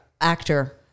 actor